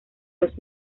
los